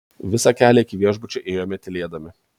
visą kelią iki viešbučio ėjome tylėdami